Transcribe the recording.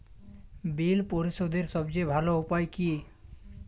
বিল পরিশোধের সবচেয়ে ভালো উপায় কী?